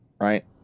Right